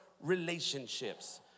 relationships